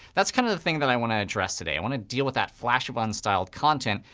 that's kind of the thing that i want to address today. i want to deal with that flash of ah unstyled content,